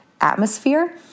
atmosphere